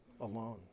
alone